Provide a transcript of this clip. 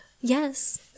Yes